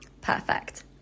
Perfect